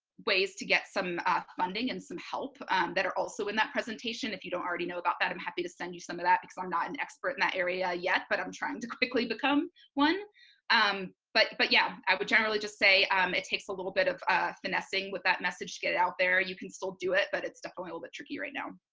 ways to get some funding and some help that are also in that presentation if you don't already know about that i'm happy to send you some of that because i'm not an expert in that area yet but i'm trying to quickly become one um but but yeah i would generally just say um it takes a little bit of finessing with that message to get out there you can still do it but it's definitely a little tricky right now